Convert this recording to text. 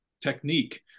technique